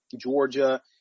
Georgia